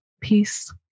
peace